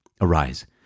Arise